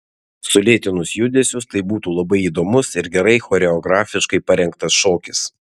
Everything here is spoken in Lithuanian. sulėtinus judesius tai būtų labai įdomus ir gerai choreografiškai parengtas šokis